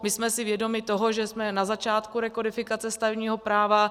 My jsme si vědomi toho, že jsme na začátku rekodifikace stavebního práva.